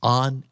on